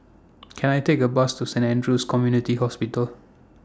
Can I Take A Bus to Saint Andrew's Community Hospital